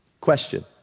Question